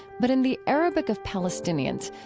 but in the arabic of palestinians,